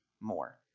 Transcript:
more